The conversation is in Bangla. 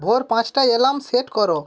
ভোর পাঁচটায় অ্যালার্ম সেট কর